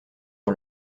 sur